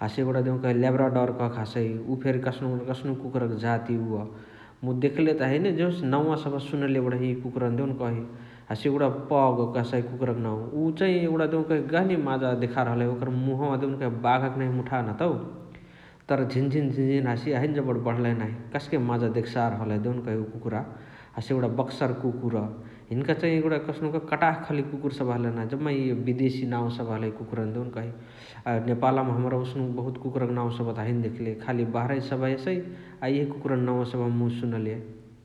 हसे एगुणा देउकही ल्याब्राडर कहके हसइ उ फेरी कस्नुक न कस्नुक कुकुराक जाती उअ । मुइ देखले त हैने जेहोस नौवा सबह सुनले बणही इ कुकुरानी देउनकही । हसे एगुणा पग कहसाइ कुकुराक नाउ उ चाइ एगुणा देउकही गहनी मजा देखार हलही । ओकर मुहावाअ देउकही बाघक नहिया मुठान हतउ तर झिन झिन हसिय हैने जबण बण्हलही नाही । कस्के माजा देगसार हलही नाही देउनकही उ कुकुरा । हसे एगुणा बक्सर कुकुर हिनिका चाइ एगुणा कसनुक कटाह खालीक कुकुर सबह हलही नाही । जम्मा इअ बिदेशी नाउ सबह हलइ इअ देउकही । अ नेपाल मा हमरा ओस्नुक बहुत कुकुरा क नाउ सबह त हैने देखले खाली बहरहिसे सबह एसइ । अ इहे कुकुरानी नौवा सबह मुइ सुनले ।